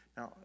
Now